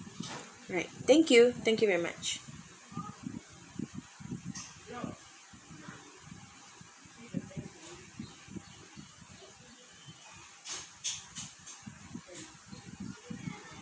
right thank you thank you very much